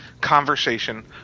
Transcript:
conversation